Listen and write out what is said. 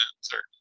certain